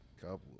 couple